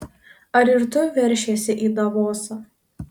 ar ir tu veršiesi į davosą